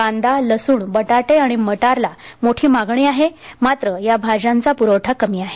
कांदे लसूण बटाटे आणि मटारला मोठी मागणी आहे मात्र या भाज्यांचा पुरवठा कमी आहे